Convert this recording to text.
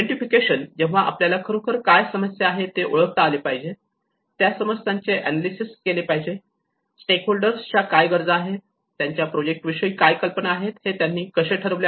identification तेव्हा इथे आपल्याला खरोखर काय समस्या आहे ते ओळखता आले पाहिजे त्या समस्यांचे एनालिसिस केले गेले पाहिजे स्टेकहोल्डर च्या काय गरजा आहेत त्यांच्या प्रोजेक्ट विषयी काय कल्पना आहेत त्यांनी हे कसे ठरवले आहे